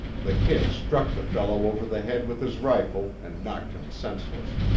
the kid struck the fellow over the head with his rifle and knocked him senseless.